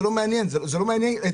זה לא מעניין אותנו,